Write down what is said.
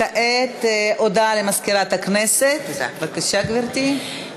הודעה למזכירת הכנסת, בבקשה, גברתי.